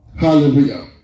Hallelujah